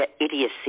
idiocy